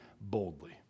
boldly